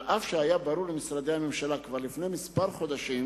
אף-על-פי שהיה ברור למשרדי הממשלה כבר לפני חודשים